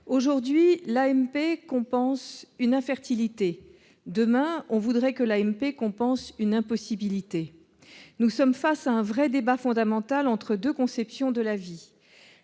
Aujourd'hui, l'AMP compense une infertilité. Demain, on voudrait qu'elle compense une impossibilité. Nous sommes face à un vrai débat fondamental entre deux conceptions de la vie.